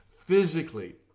physically